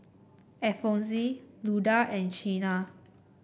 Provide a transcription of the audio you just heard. Alphonse Luda and Chynna